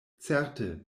certe